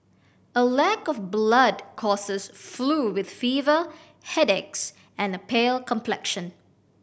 a lack of blood causes flu with fever headaches and a pale complexion